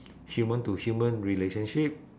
human to human relationship